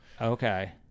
Okay